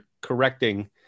correcting